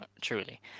truly